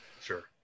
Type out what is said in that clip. Sure